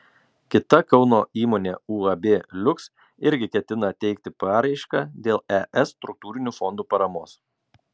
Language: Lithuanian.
kita kauno įmonė uab liuks irgi ketina teikti paraišką dėl es struktūrinių fondų paramos